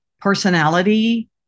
personality